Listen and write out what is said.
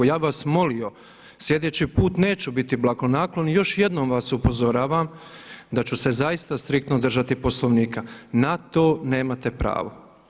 Ja bi vas molio slijedeći put neću biti blagonaklon i još jednom vas upozoravam da ću se zaista striktno držati Poslovnika, na to nemate pravo.